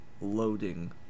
Loading